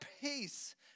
peace